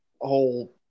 whole